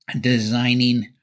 designing